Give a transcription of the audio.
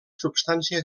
substància